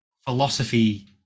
philosophy